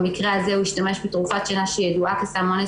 במקרה הזה הוא השתמש בתרופת שינה שידועה כסם אונס,